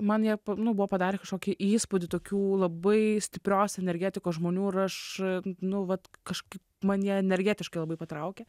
man jie nu buvo padarę kažkokį įspūdį tokių labai stiprios energetikos žmonių ir aš nu vat kažkaip mane jie energetiškai labai patraukė